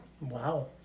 Wow